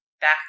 back